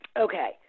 Okay